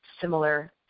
similar